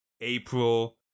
April